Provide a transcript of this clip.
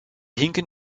hinken